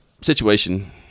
situation